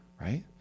right